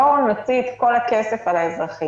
בואו נוציא את כל הכסף על האזרחים,